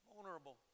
Vulnerable